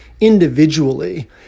individually